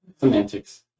Semantics